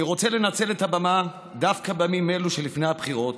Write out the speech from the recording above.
אני רוצה לנצל את הבמה דווקא בימים אלו שלפני הבחירות,